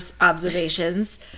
observations